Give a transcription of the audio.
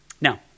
Now